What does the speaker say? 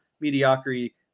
mediocrity